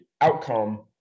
outcome